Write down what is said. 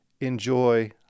enjoy